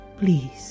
Please